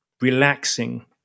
relaxing